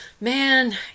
man